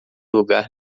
lugar